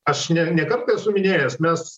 aš ne kartą esu minėjęs mes